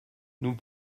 nous